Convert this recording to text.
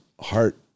heart